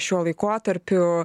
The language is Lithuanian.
šiuo laikotarpiu